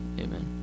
amen